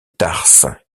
tarse